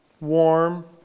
warm